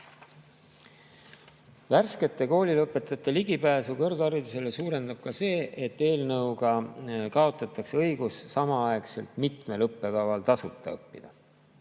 Värskete koolilõpetajate ligipääsu kõrgharidusele suurendab ka see, et eelnõuga kaotatakse õigus samaaegselt mitmel õppekaval tasuta õppida.